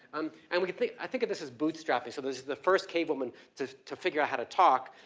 um and we can think, i think of this as bootstrapping. so this is the first cave woman to to figure out how to talk.